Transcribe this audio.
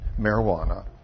marijuana